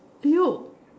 you